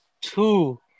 Two